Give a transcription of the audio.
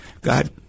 God